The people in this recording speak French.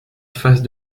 face